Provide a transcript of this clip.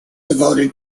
devoted